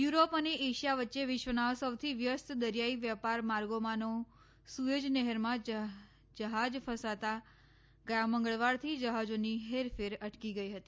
Europe અને Asia વચ્ચે વિશ્વના સૌથી વ્યસ્ત દરિયાઈ વેપાર માર્ગોમાંની સુએઝ નહેરમાં જહાજ ફસાતા ગયા મંગળવારથી જહાજોની ફેરફેર અટકી ગઈ હતી